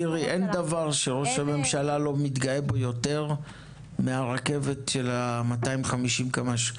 אין דבר שראש הממשלה מתגאה בו יותר מרכבת ה-250 קמ"ש.